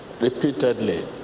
Repeatedly